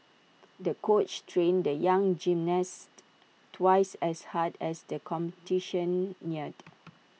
the coach trained the young gymnast twice as hard as the competition neared